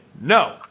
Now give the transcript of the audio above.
No